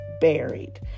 buried